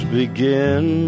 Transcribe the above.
begin